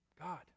God